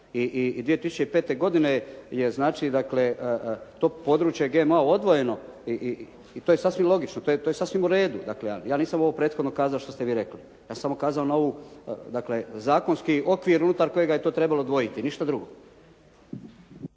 i 2005. godine je znači dakle to područje GMO-a sasvim odvojeno i to je sasvim logično, to je sasvim u redu. Dakle, ja nisam ovo prethodno kazao što ste vi rekli. Ja sam samo kazao na ovu, dakle zakonski okvir unutar kojega je to trebalo odvojiti, ništa drugo.